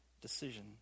decision